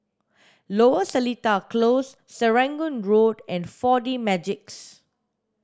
Lower Seletar Close Serangoon Road and four D Magix